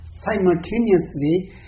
simultaneously